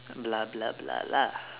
blah blah blah lah